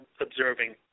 observing